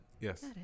Yes